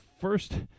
first